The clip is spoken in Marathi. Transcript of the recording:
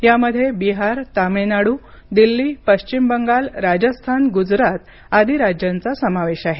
यामध्ये बिहार तामिळनाडू दिल्ली पश्चिम बंगाल राजस्थान गुजरात आदी राज्यांचा समावेश आहे